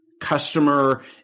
customer